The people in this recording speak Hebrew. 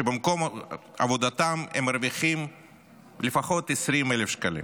שבמקום עבודתם הם מרוויחים לפחות 20,000 שקלים,